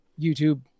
youtube